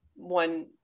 one